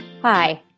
Hi